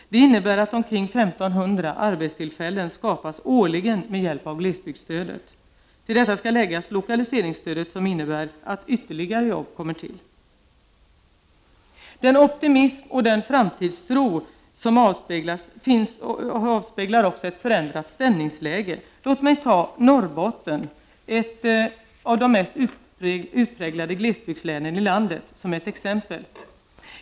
Det innebär att omkring 1 500 arbetstillfällen skapas årligen med hjälp av glesbygdsstödet. Till detta skall läggas lokaliseringsstödet, som innebär att ytterligare jobb tillkommer. Den optimism och framtidstro som finns avspeglar sig också i ett förändrat stämningsläge. Låt mig ta Norrbotten — ett av de mest utpräglade glesbygdslänen i landet — som exempel.